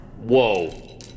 Whoa